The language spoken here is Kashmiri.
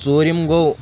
ژوٗرِم گوٚو